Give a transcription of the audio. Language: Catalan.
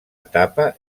etapa